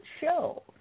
show